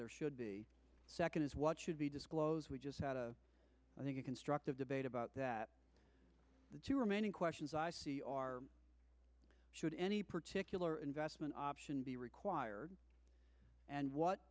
there should be second is what should be disclosed we just had a i think a constructive debate about that the two remaining questions are should any particular investment option be required and what